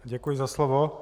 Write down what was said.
Děkuji za slovo.